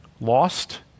Lost